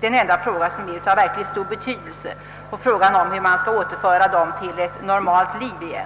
det enda av verkligt stor betydelse liksom frågan hur vederbörande skall kunna återföras till ett normalt liv.